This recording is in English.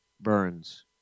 Burns